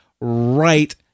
right